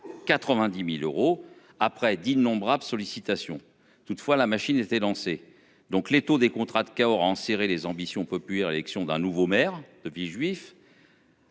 90.000 euros après d'innombrables sollicitations toutefois la machine était lancée donc l'étau des contrats de Cahors enserrer les ambitions populaire l'élection d'un nouveau maire de Villejuif.--